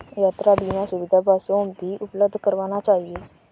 यात्रा बीमा की सुविधा बसों भी उपलब्ध करवाना चहिये